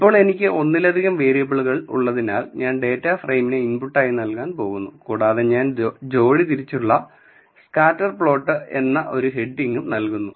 ഇപ്പോൾ എനിക്ക് ഒന്നിലധികം വേരിയബിൾ ഉള്ളതിനാൽ ഞാൻ ഡാറ്റ ഫ്രെയിമിനെ ഇൻപുട്ടായി നൽകാൻ പോകുന്നു കൂടാതെ ഞാൻ ജോഡി തിരിച്ചുള്ള സ്കാറ്റർ പ്ലോട്ട് എന്ന് ഒരു ഹെഡിങ്ങും നൽകുന്നു